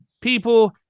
people